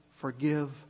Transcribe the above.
forgive